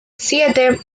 siete